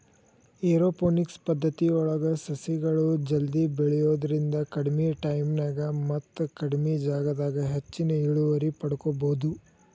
aeroponics ಪದ್ದತಿಯೊಳಗ ಸಸಿಗಳು ಜಲ್ದಿ ಬೆಳಿಯೋದ್ರಿಂದ ಕಡಿಮಿ ಟೈಮಿನ್ಯಾಗ ಮತ್ತ ಕಡಿಮಿ ಜಗದಾಗ ಹೆಚ್ಚಿನ ಇಳುವರಿ ಪಡ್ಕೋಬೋದು